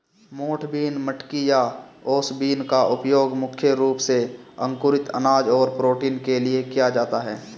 मोठ बीन, मटकी या ओस बीन का उपयोग मुख्य रूप से अंकुरित अनाज और प्रोटीन के लिए किया जाता है